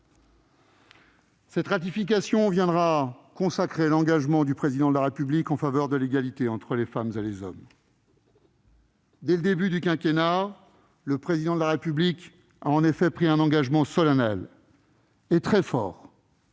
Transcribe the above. de la convention viendra consacrer l'engagement du chef de l'État en faveur de l'égalité entre les femmes et les hommes. Dès le début du quinquennat, le Président de la République a en effet pris un engagement solennel et très fort,